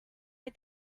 est